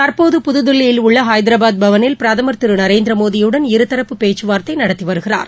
இன்று புதுதில்லியில் ஹதராபாத் பவனில் பிரதமர் திரு நரேந்திரமோடியுடன் இருதரப்பு பேச்சுவார்த்தை நடத்தி வருகிறார்